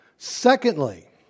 Secondly